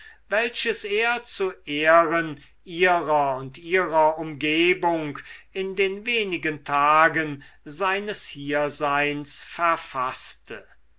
welches er zu ehren ihrer und ihrer umgebung in den wenigen tagen seines hierseins verfaßte